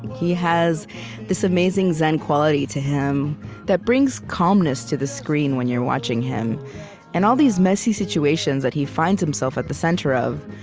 he has this amazing zen quality to him that brings calmness to the screen when you're watching him and all these messy situations that he finds himself at the center of.